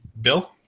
Bill